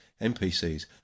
NPCs